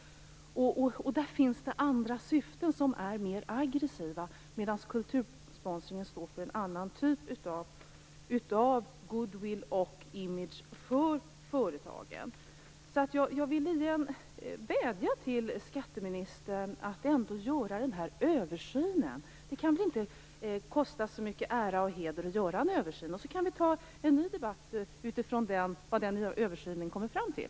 Där finns det andra syften, som är mer aggressiva. Kultursponsringen står för en annan typ av goodwill och image för företagen. Därför vill jag igen vädja till skatteministern att ändå göra de här översynen. Det kan väl inte kosta så mycket ära och heder att göra en översyn? Sedan kan vi ta en ny debatt utifrån vad denna översyn kommer fram till.